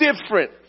different